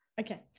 Okay